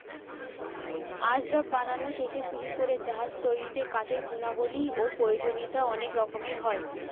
আসবাব বানানো থেকে শুরু করে জাহাজ তৈরিতে কাঠের গুণাবলী ও প্রয়োজনীয়তা অনেক রকমের হয়